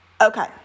Okay